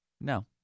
No